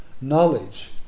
knowledge